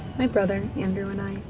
my brother, andrew, and i